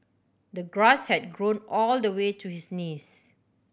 the grass had grown all the way to his knees